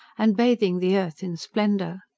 and bathing the earth in splendour.